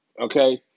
Okay